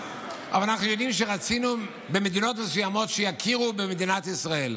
אבל אנחנו יודעים שרצינו שמדינות מסוימות יכירו במדינת ישראל.